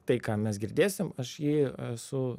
tai ką mes girdėsim aš jį esu